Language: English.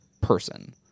person